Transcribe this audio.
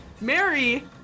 Mary